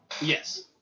Yes